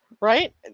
right